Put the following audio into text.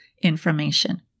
Information